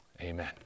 amen